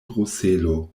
bruselo